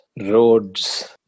roads